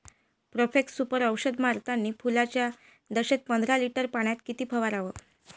Profex Super औषध मारतानी फुलाच्या दशेत पंदरा लिटर पाण्यात किती फवाराव?